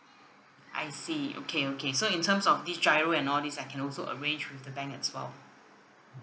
I see okay okay so in terms of this G_I_R_O and all this I can also arrange with the bank as well